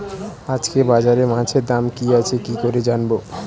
আজকে বাজারে মাছের দাম কি আছে কি করে জানবো?